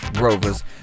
Rovers